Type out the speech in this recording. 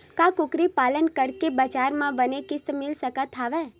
का कुकरी पालन करके बजार म बने किमत मिल सकत हवय?